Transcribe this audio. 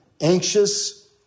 anxious